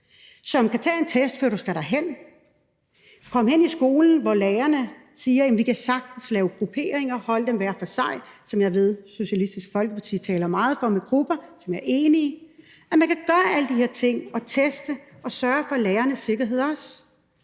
som kan tage en test, før du skal derhen, og komme hen i skolen, hvor lærerne siger, at vi kan sagtens lave grupperinger, holde dem hver for sig i grupper, som jeg ved Socialistisk Folkeparti taler meget for. Jeg er enig i, at man kan gøre alle de her ting og teste og sørge for også lærernes sikkerhed.